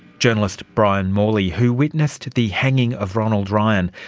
journalist brian morley who witnessed the hanging of ronald ryan,